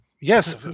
Yes